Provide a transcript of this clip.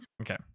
Okay